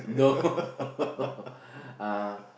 no uh